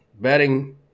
betting